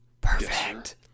Perfect